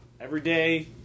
everyday